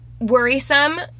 worrisome